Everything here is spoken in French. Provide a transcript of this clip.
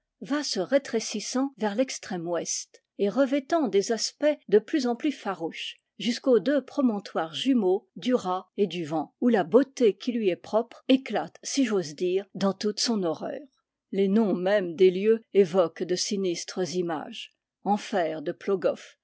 va se rétrécissant vers l'extrême ouest et revêtant des aspects de plus en plus farouches jus qu'aux deux promontoires jumeaux du raz et du van où la beauté qui lui est propre éclate si j'ose dire dans toute son horreur les noms mêmes des lieux évoquent de sinistres images enfer de plogoff